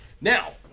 now